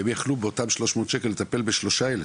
הם יכלו באותם 300 שקל לטפל בשלושה ילדים.